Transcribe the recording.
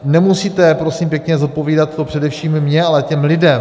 Nemusíte, prosím pěkně, zodpovídat to především mně, ale těm lidem.